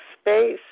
space